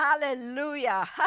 Hallelujah